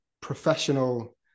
professional